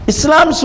Islam